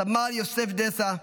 סמל יוסף דסה,